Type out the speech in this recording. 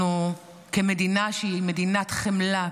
כמדינה שהיא מדינת חמלה,